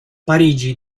parigi